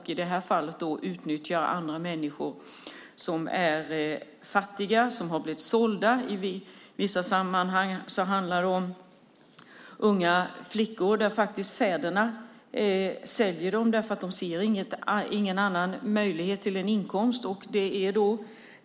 I det här fallet utnyttjas andra människor, som är fattiga, som har blivit sålda. I vissa sammanhang handlar det om unga flickor vars fäder faktiskt säljer dem därför att de inte ser någon annan möjlighet till en inkomst.